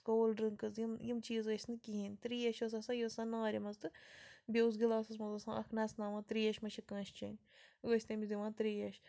کول drinks یِم یِم چیٖز ٲسۍ نہٕ کِہیٖنۍ تریش ٲس آسان یہِ ٲس آسان نارِ منٛز تہٕ بیٚیہِ اوس گِلاسَس منٛز اکھ نَژناوان تریش ما چھِ کٲنٛسہِ چیٚنۍ ٲسۍ تٔمِس دِوان تریش